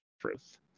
truth